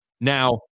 Now